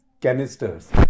canisters